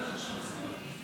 בטח שהם מסכימים.